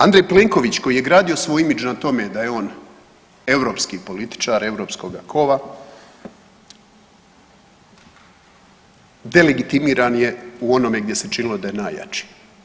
Andrej Plenković koji je gradio svoj image na tome da je on europski političar europskoga kova delegitimiran je u onome gdje se činilo da je najjači.